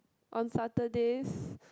on Saturdays